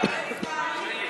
ההסתייגות (36)